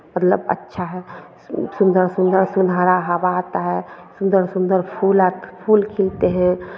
मतलब अच्छा है सुन्दर सुन्दर सुनहरा हवा आता है सुन्दर सुन्दर फूल फूल खिलते हैं